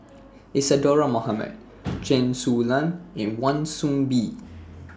Isadhora Mohamed Chen Su Lan and Wan Soon Bee